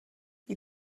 you